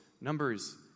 numbers